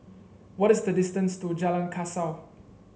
what is the distance to Jalan Kasau